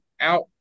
out